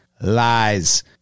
lies